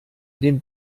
den